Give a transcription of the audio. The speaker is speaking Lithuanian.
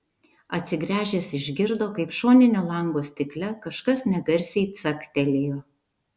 atsigręžęs išgirdo kaip šoninio lango stikle kažkas negarsiai caktelėjo